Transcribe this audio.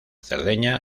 cerdeña